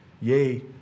yay